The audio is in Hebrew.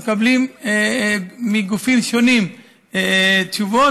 מקבלים מגופים שונים תשובות,